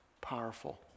powerful